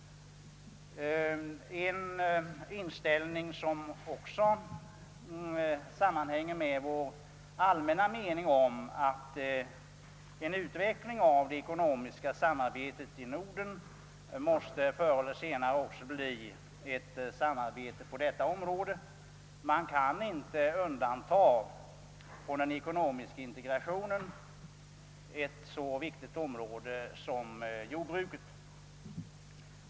Vår ståndpunkt sammanhänger också med vår allmänna mening att en utveckling av det ekonomiska samarbetet i Norden förr eller senare även måste ge ett samarbete beträffande livsmedelsmarknaden. Man kan inte från den ekonomiska integrationen undanta ett så viktigt område som jordbruket.